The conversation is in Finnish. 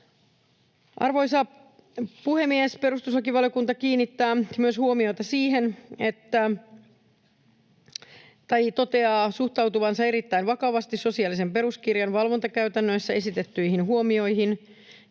Arvoisa puhemies! Perustuslakivaliokunta toteaa suhtautuvansa erittäin vakavasti sosiaalisen peruskirjan valvontakäytännöissä esitettyihin huomioihin.